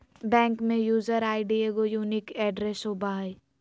bank में user ID एगो unique address होबो हइ